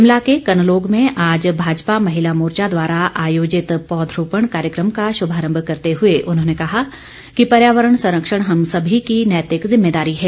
शिमला के कनलोग में आज भाजपा महिला मोर्चा द्वारा आयोजित पौधरोपण कार्यक्रम का शुभारम्भ करते हुए उन्होंने कहा कि पर्यावरण संरक्षण हम सभी की नैतिक जिम्मेदारी है